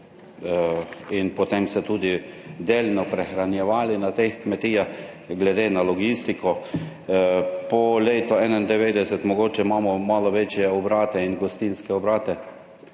in potem se tudi delno prehranjevali na teh kmetijah. glede na logistiko po letu 1991, mogoče imamo malo večje obrate in gostinske obrate,